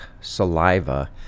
saliva